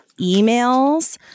emails